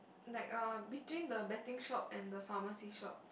like uh between the betting shop and the pharmacy shop